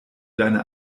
deine